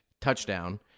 touchdown